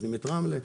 את רמלה.